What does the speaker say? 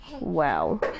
Wow